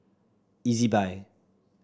E Z buy